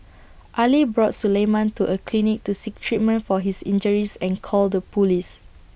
Ali brought Suleiman to A clinic to seek treatment for his injuries and called the Police